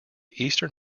eastern